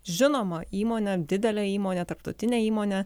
žinoma įmonė didelė įmonė tarptautinė įmonė